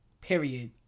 period